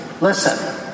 Listen